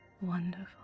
wonderful